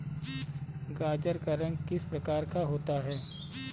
गाजर का रंग किस प्रकार का होता है?